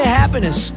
happiness